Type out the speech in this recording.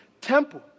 temple